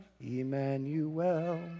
Emmanuel